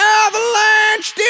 avalanche